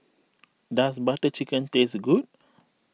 does Butter Chicken taste good